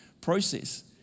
process